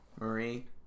Marie